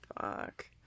fuck